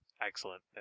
Excellent